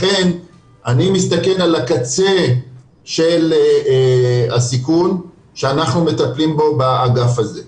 לכן אני מסתכל על הקצה של הסיכון שאנחנו מטפלים בו באגף הזה.